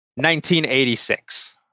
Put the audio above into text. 1986